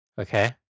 Okay